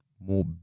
more